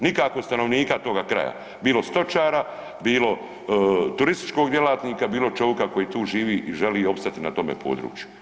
Nikako stanovnika toga kraja, bilo stočara, bilo turističkog djelatnika, bilo čovika koji tu živi i želi opstati na tome području.